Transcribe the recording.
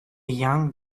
young